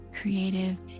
creative